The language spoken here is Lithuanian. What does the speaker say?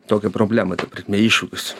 tokia problema ta prasme iššūkis